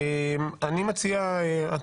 המלצת הלשכה המשפטית להעביר את זה לוועדת החוקה,